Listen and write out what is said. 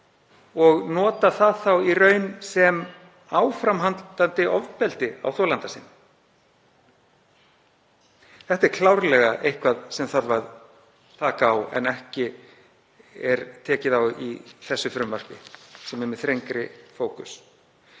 og nota það þá í raun sem áframhaldandi ofbeldi gagnvart þolanda. Það er klárlega eitthvað sem þarf að taka á en ekki er tekið á í þessu frumvarpi sem er með þrengri fókus.